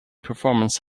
performance